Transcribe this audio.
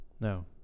No